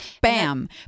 Bam